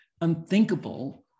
unthinkable